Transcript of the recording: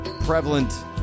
prevalent